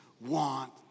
want